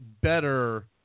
better